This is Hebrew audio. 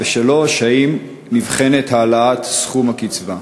3. האם נבחנת העלאת סכום הקצבה?